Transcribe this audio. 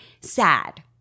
Sad